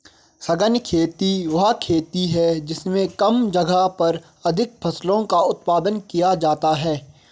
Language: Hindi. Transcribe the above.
सघन खेती वह खेती है जिसमें कम जगह पर अधिक फसलों का उत्पादन किया जाता है